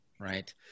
right